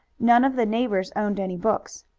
none of the neighbors owned any books.